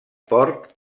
port